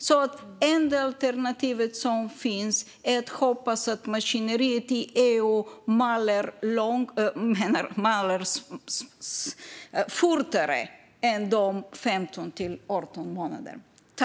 Det enda alternativet som finns är att hoppas att maskineriet maler fortare än de 15 till 18 månaderna.